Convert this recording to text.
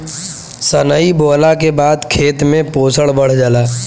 सनइ बोअला के बाद खेत में पोषण बढ़ जाला